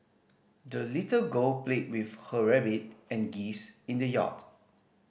the little girl played with her rabbit and geese in the yard